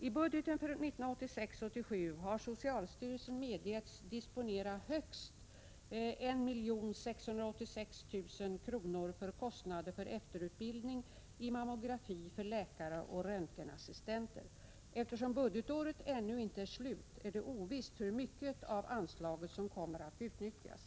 I budgeten för 1986/87 har socialstyrelsen medgetts disponera högst 1 686 000 kr. för kostnader för efterutbildning i mammografi för läkare och röntgenassistenter. Eftersom budgetåret ännu inte är slut är det ovisst hur mycket av anslaget som kommer att utnyttjas.